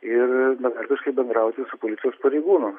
ir betarpiškai bendrauti su policijos pareigūnu